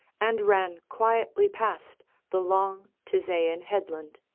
and ran quietly past the long tisaean headland.